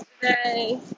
today